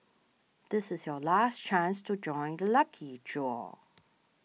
this is your last chance to join the lucky draw